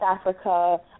Africa